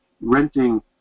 renting